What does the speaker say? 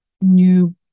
new